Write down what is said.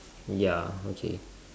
ya okay